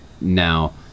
now